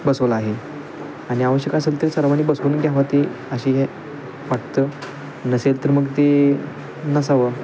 बसवलं आहे आणि आवश्यक असेल ते सर्वांनी बसवून घ्यावं ते अशी हे वाटतं नसेल तर मग ते नसावं